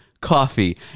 coffee